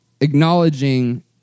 acknowledging